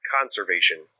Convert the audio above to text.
conservation